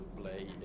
play